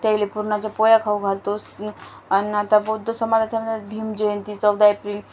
त्याला पुरणाच्या पोळ्या खाऊ घालतो आणि आता बौद्ध समाजाच्या भीम जयंती चौदा एप्रिल